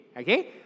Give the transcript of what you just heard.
okay